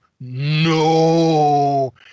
No